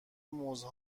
موزه